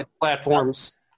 platforms –